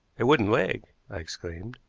a wooden leg! i exclaimed.